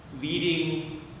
leading